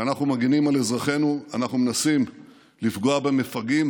כשאנחנו מגינים על אזרחינו אנחנו מנסים לפגוע במפגעים,